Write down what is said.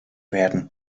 werden